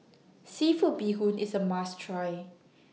Seafood Bee Hoon IS A must Try